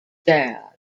dad